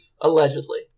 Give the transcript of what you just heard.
allegedly